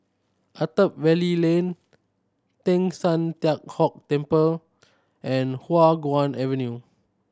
Attap Valley Lane Teng San Tian Hock Temple and Hua Guan Avenue